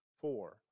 Four